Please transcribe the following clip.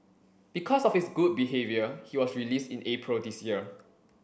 because of his good behaviour he was released in April this year